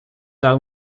dar